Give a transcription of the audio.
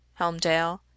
Helmdale